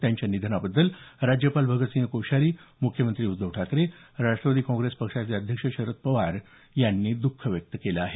त्यांच्या निधनाबद्दल राज्यपाल भगतसिंह कोश्यारी मुख्यमंत्री उद्धव ठाकरे राष्ट्रवादी काँग्रेस पक्षाचे अध्यक्ष शरद पवार यांनी दख व्यक्त केलं आहे